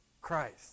Christ